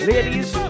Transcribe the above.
Ladies